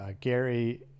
Gary